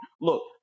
Look